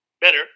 better